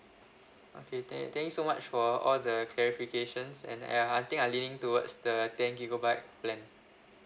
okay tha~ thank you so much for all the clarifications and ya I think I leaning towards the ten gigabyte plan